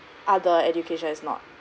other education is not